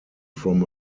from